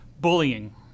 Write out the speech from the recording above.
Bullying